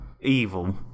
evil